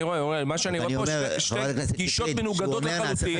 אני רואה פה שתי גישות מנוגדות לחלוטין.